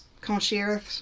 concierge